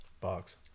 box